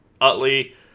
Utley